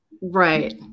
Right